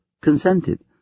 consented